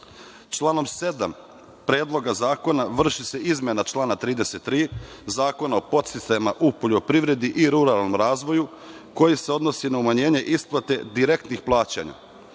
7. Predloga zakona vrši se izmena člana 33. Zakona o podsticajima u poljoprivredi i ruralnom razvoju koji se odnosi na umanjenje isplate direktnih plaćanja